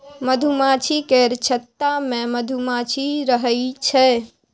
मधुमाछी केर छत्ता मे मधुमाछी रहइ छै